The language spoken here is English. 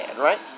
right